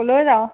লৈ যাৱ